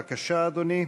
בבקשה, אדוני.